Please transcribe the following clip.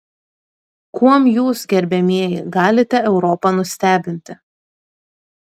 kuom jūs gerbiamieji galite europą nustebinti